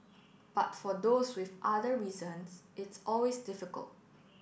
but for those with other reasons it's always difficult